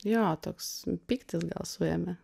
jo toks pyktis gal suėmė